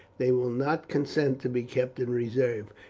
they will not consent to be kept in reserve,